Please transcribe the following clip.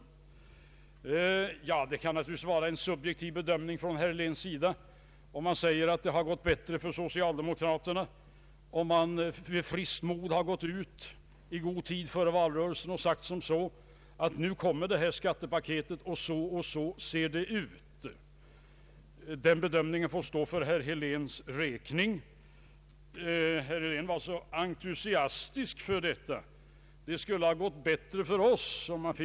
Det kan naturligtvis vara en subjektiv bedömning från herr Heléns sida när han säger att det hade gått bättre för socialdemokraterna om vi med friskt mod hade gått ut i god tid före valrörelsen och sagt: Nu kommer skattepaketet och det ser ut på detta sätt. Den bedömningen får stå för herr Helén, som var mycket entusiastisk för detta och sade att det skulle ha gått mycket bättre för oss om vi handlat på det sättet.